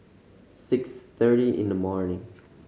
six thirty in the morning